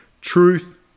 truth